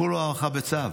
כולה הארכה בצו,